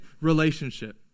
relationship